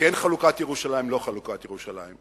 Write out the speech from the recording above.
כן חלוקת ירושלים, לא חלוקת ירושלים.